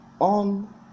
On